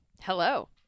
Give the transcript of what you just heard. hello